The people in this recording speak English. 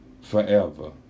forever